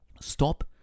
Stop